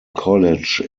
college